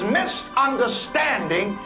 misunderstanding